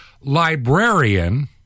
librarian